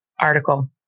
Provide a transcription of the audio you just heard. article